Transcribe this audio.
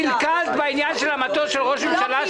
קלקלת בנושא של מטוס ראש הממשלה,